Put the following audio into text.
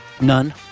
none